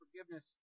forgiveness